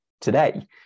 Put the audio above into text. today